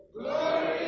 Glory